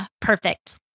perfect